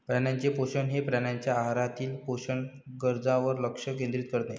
प्राण्यांचे पोषण हे प्राण्यांच्या आहारातील पोषक गरजांवर लक्ष केंद्रित करते